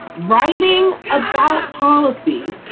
writing about policy.